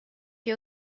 que